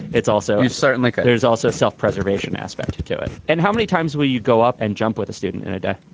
it's also certainly there's also a self-preservation aspect to to it. and how many times will you go up and jump with a student in a day?